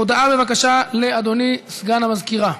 הודעה, בבקשה, לאדוני סגן המזכירה.